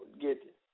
get